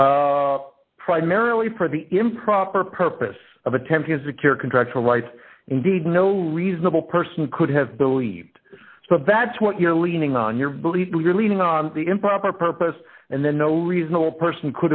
three primarily for the improper purpose of attempting to secure contractual rights indeed no reasonable person could have believed but that's what you're leaning on your belief we're leaning on the improper purpose and then no reasonable person could